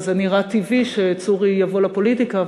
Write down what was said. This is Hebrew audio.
זה נראה טבעי שצורי יבוא לפוליטיקה,